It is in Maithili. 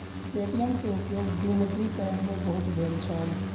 पे.टी.एम के उपयोग विमुद्रीकरण में बहुत भेल छल